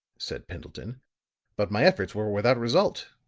said pendleton but my efforts were without result.